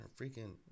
freaking